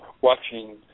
watching